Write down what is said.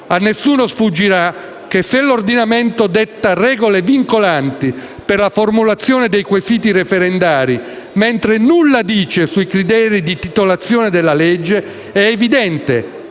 A nessuno sfuggirà che se l'ordinamento detta regole vincolanti per la formulazione dei quesiti referendari, mentre nulla dice sui criteri di titolazione delle leggi, è evidente